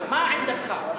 מה עמדתך?